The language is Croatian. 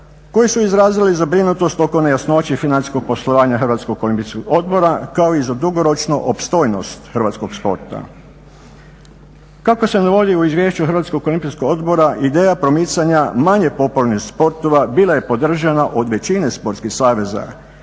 koji su izrazili zabrinutost oko nejasnoće i financijskog poslovanja Hrvatskog olimpijskog odbora kako i za dugoročnu opstojnost hrvatskog sporta. Kako se navodi u izvješću Hrvatskog olimpijskog odbora ideja promicanja manje popularnih sportova bila je podržana od većine sportskih saveza.